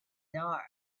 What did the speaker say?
dark